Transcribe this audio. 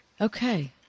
Okay